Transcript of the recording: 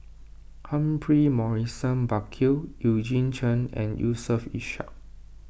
Humphrey Morrison Burkill Eugene Chen and Yusof Ishak